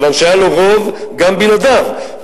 כי היה לו רוב גם בלעדיו,